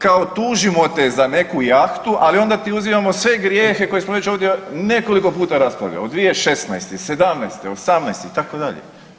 Kao tužimo te za neku jahtu, ali onda ti uzimamo sve grijehe koje smo već ovdje nekoliko puta raspravljali od 2016., '17,. '18, itd.